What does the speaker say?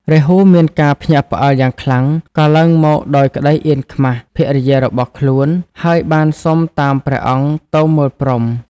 រាហូមានការភ្ញាក់ផ្អើលយ៉ាងខ្លាំង ក៏ឡើងមកដោយក្ដីអៀនខ្មាសភរិយារបស់ខ្លួន ហើយបានសុំតាមព្រះអង្គទៅមើលព្រហ្ម។